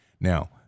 Now